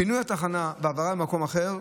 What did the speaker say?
פינוי התחנה והעברה למקום אחר,